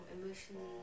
emotionally